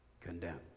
condemned